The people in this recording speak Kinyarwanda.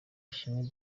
ishimwe